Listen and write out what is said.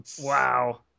Wow